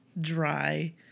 dry